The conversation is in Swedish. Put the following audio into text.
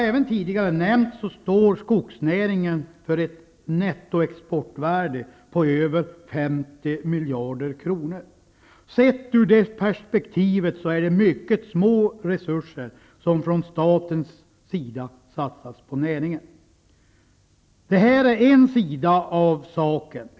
Skogsnäringen står för ett nettoexportvärde på över 50 miljarder kronor, som jag nämnt tidigare. Ur det perspektivet är det mycket små resurser som satsas på näringen från statens sida. Detta är en sida av saken.